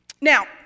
Now